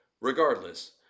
Regardless